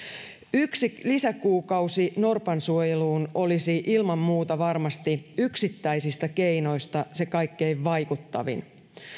yksi lisäkuukausi norpansuojeluun olisi ilman muuta varmasti yksittäisistä keinoista se kaikkein vaikuttavin